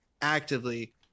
actively